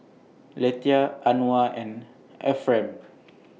Lethia Anwar and Efrem